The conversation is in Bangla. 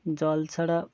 জল ছাড়া